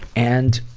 and,